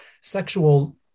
sexual